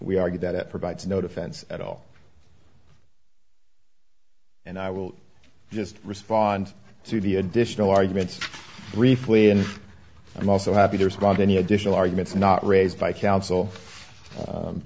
we argue that it provides no defense at all and i will just respond to the additional arguments briefly and i'm also happy to respond any additional arguments not raised by coun